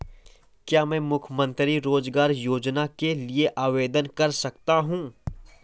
क्या मैं मुख्यमंत्री रोज़गार योजना के लिए आवेदन कर सकता हूँ?